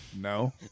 no